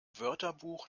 wörterbuch